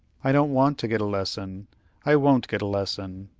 i don't want to get a lesson i won't get a lesson,